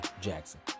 Jackson